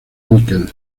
níquel